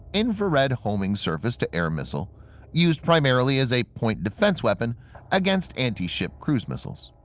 infrared homing surface-to-air missile used primarily as a point-defense weapon against anti-ship cruise missiles.